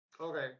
Okay